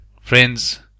Friends